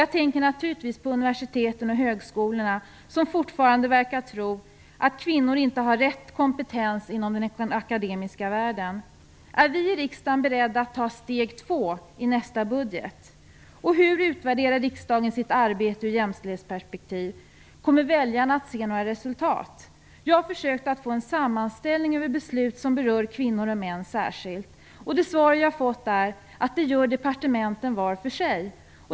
Jag tänker då naturligtvis på universiteten och högskolorna där man fortfarande verkar tro att kvinnor inte har rätt kompetens inom den akademiska världen. Är vi i riksdagen beredda att ta steg två i nästa budget? Hur utvärderar riksdagen sitt arbete ur ett jämställdhetsperspektiv? Kommer väljarna att få se något resultat? Jag har försökt att få en sammanställning över de beslut som berör kvinnor och män särskilt. Det svar jag har fått är att sådana sammanställningar gör departementen var för sig.